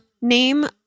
name